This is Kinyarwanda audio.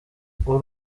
uri